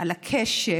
על הקשר